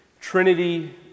Trinity